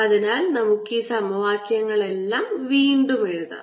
അതിനാൽ നമുക്ക് ഈ സമവാക്യങ്ങളെല്ലാം വീണ്ടും എഴുതാം